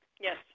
Yes